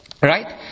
right